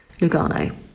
Lugano